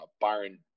Byron